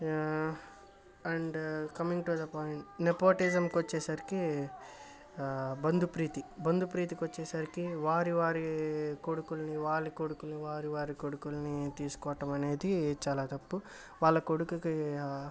and coming to the point నెపోటిజమ్కొచ్చేసరికి బంధుప్రీతి బంధుప్రీతికొచ్చేసరికి వారి వారి కొడుకుల్ని వాళ్ళ కొడుకుల్ని వారి వారి కొడుకుల్ని తీసుకోటమనేది చాలా తప్పు వాళ్ళ కొడుకుకి